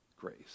grace